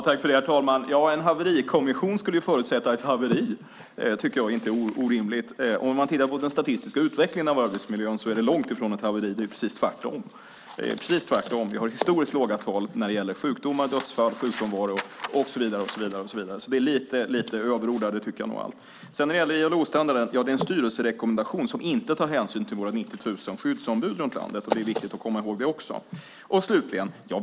Herr talman! En haverikommission skulle förutsätta ett haveri. Det tycker jag inte är orimligt. Om man tittar på statistiken över utvecklingen av arbetsmiljön är det långt ifrån ett haveri. Det är precis tvärtom. Vi har historiskt låga tal när det gäller sjukdomar, dödsfall, sjukfrånvaro och så vidare. Jag tycker nog att det är lite överord där. ILO-standarden är en styrelserekommendation som inte tar hänsyn till våra 90 000 skyddsombud runt om i landet. Det är viktigt att komma ihåg det också.